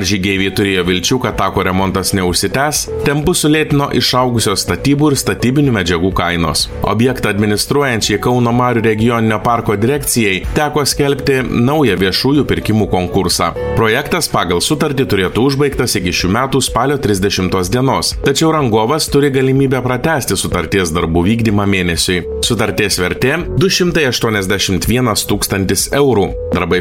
žygeiviai turėjo vilčių kad tako remontas neužsitęs tempus sulėtino išaugusios statybų ir statybinių medžiagų kainos objektą administruojančiai kauno marių regioninio parko direkcijai teko skelbti naują viešųjų pirkimų konkursą projektas pagal sutartį turėtų užbaigtas iki šių metų spalio trisdešimtos dienos tačiau rangovas turi galimybę pratęsti sutarties darbų vykdymą mėnesiui sutarties vertė du šimtai aštuoniasdešimt vienas tūkstantis eurų darbai